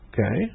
Okay